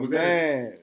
man